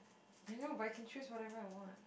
I know but I can choose whatever I want